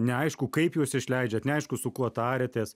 neaišku kaip juos išleidžiat neaišku su kuo tariatės